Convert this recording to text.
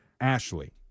Ashley